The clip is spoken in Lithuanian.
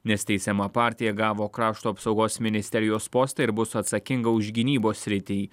nes teisiama partija gavo krašto apsaugos ministerijos postą ir bus atsakinga už gynybos sritį